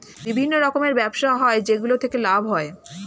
বিভিন্ন রকমের ব্যবসা হয় যেগুলো থেকে লাভ হয়